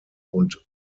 und